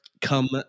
come